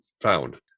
found